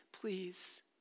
please